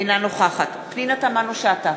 אינה נוכחת פנינה תמנו-שטה,